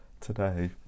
Today